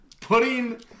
putting